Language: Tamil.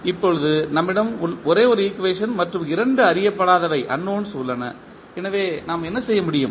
இப்போது நம்மிடம் ஒரே ஒரு ஈக்குவேஷன் மற்றும் இரண்டு அறியப்படாதவை உள்ளன எனவே நாம் என்ன செய்ய முடியும்